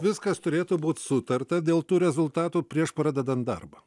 viskas turėtų būt sutarta dėl tų rezultatų prieš pradedant darbą